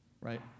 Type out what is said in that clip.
Right